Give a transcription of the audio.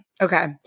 Okay